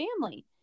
family